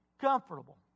comfortable